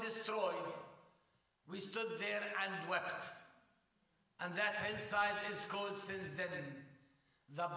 destroyed we stood there and weapons and that he